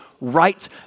right